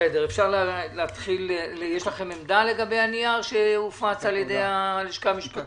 יש לכם עמדה לגבי הנייר שהופץ על ידי הלשכה המשפטית?